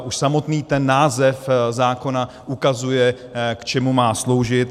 Už samotný ten název zákona ukazuje, k čemu má sloužit.